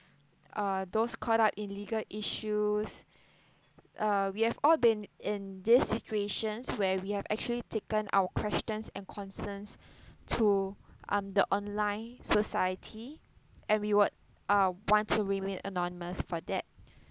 uh those caught up in legal issues uh we have all been in these situations where we have actually taken our questions and concerns to um the online society and we would uh want to remain anonymous for that